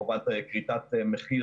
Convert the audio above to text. חובת כריתת מחיר